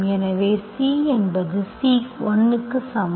எனவே C என்பது C1க்கு சமம்